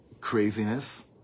craziness